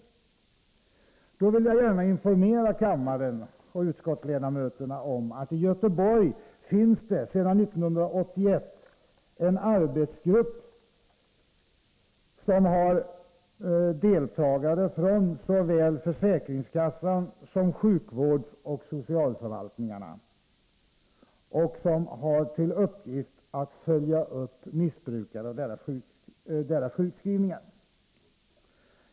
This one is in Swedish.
Mot den bakgrunden vill jag gärna informera kammaren och utskottsledamöterna om att det i Göteborg sedan 1981 finns en arbetsgrupp med deltagare från såväl försäkringskassan som sjukvårdsoch socialförvaltningarna som har till uppgift att följa upp missbrukares sjukskrivningar.